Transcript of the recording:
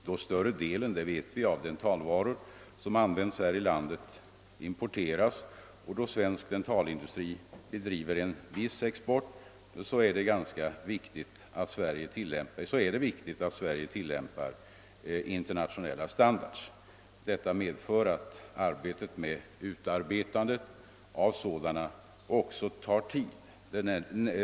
Då större delen — det vet vi — av de dentalvaror som används här i landet importeras och då svensk dentalindustri bedriver en viss export är det viktigt att Sverige tillämpar internationella standards. Utarbetandet av sådana tar dock tid.